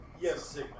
Yes